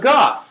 God